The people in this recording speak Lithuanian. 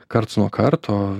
karts nuo karto